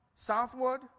Southward